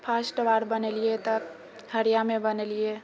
first बार बनेलियै तऽ हड़ियामे बनेलियै